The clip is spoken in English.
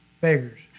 beggars